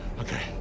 Okay